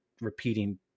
repeating